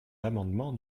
l’amendement